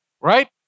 Right